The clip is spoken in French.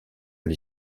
les